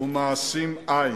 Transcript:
ומעשים אין.